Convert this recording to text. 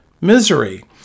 misery